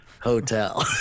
Hotel